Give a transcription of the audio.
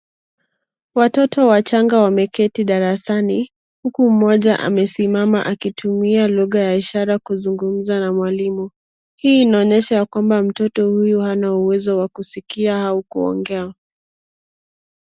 Watoto wachanga wameketi darasani, huku mmoja amesimama akitumia lugha ya ishara kuzungumza na mwalimu. Hii inaonyesha ya kwamba mtoto huyu hana uwezo wa kusikia au kuongea.